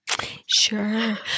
Sure